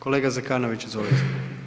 Kolega Zekanović, izvolite.